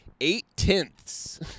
eight-tenths